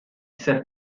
ser